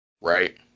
Right